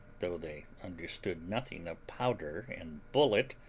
though they understood nothing of powder and bullet,